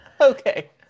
Okay